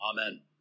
Amen